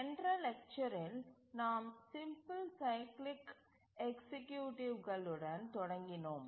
சென்ற லெக்சரில் நாம் சிம்பிள் சைக்கிளிக் எக்சீக்யூட்டிவ்ஸ்களுடன் தொடங்கினோம்